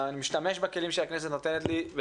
אני משתמש בכלים שהכנסת נותנת לי.